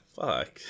Fuck